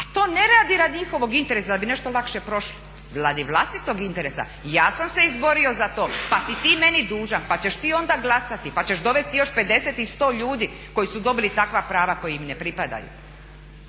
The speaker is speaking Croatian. A to ne radi, radi njihovog interesa da bi nešto lakše prošli. Radi vlastitog interesa, ja sam se izborio za to, pa si ti meni dužan, pa ćeš ti onda glasati, pa ćeš dovesti još 50 ili 100 ljudi koji su dobili takva prava koja im ne pripadaju.